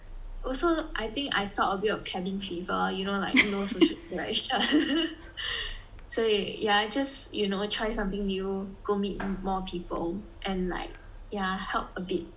also I think I felt a bit of cabin fever you know like no social interaction 所以 yeah just you know try something new go meet more people and like yeah help a bit